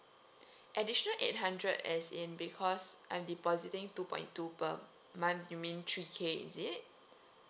additional eight hundred as in because I'm depositing two point two per month you mean three K is it